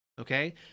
Okay